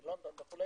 בלונדון וכו'.